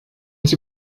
sie